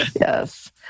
Yes